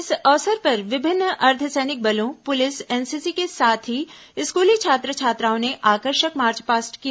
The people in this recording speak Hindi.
इस अवसर पर विभिन्न अर्द्वसैनिक बलों पुलिस एनसीसी के साथ ही स्कूली छात्र छात्राओं ने आकर्षक मार्चपास्ट किया